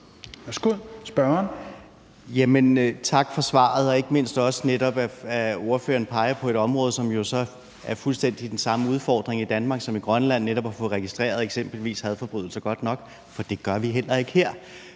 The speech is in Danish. Tak for svaret, og ikke mindst at ordføreren peger på et område, som jo så er fuldstændig den samme udfordring i Danmark som i Grønland, netop at få registreret eksempelvis hadforbrydelser godt nok, for det gør vi heller ikke her.